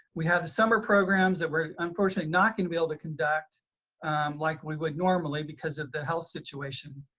we have summer programs that we're unfortunately not gonna be able to conduct like we would normally because of the health situation.